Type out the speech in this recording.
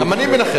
גם אני מנחש,